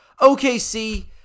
OKC